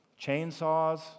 chainsaws